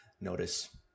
notice